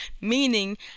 Meaning